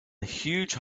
huge